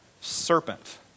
serpent